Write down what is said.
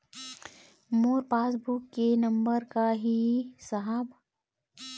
मोर passbook के number का ही साहब?